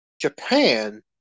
Japan